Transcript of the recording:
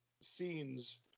scenes